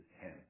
ten